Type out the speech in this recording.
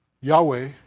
Yahweh